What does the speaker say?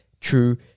true